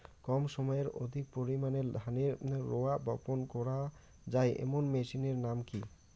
কম সময়ে অধিক পরিমাণে ধানের রোয়া বপন করা য়ায় এমন মেশিনের নাম কি?